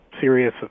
serious